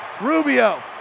Rubio